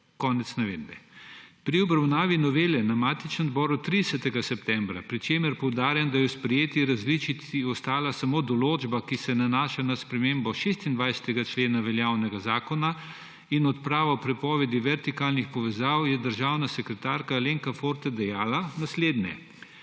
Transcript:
sedaj odprte.« Pri obravnavi novele na matičnem odboru 30. septembra, pri čemer poudarjam, da je v sprejeti različici ostala samo določba, ki se nanaša na spremembo 26. člena veljavnega zakona in odpravo prepovedi vertikalnih povezav, je državna sekretarka Alenka Forte dejala naslednje,